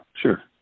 sure